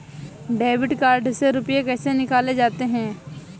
Debit card से रुपये कैसे निकाले जाते हैं?